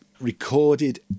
recorded